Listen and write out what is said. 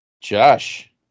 Josh